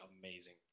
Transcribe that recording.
amazing